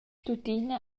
tuttina